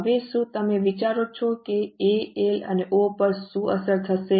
હવે શું તમે વિચારી શકો છો કે A L અને O પર શું અસર થશે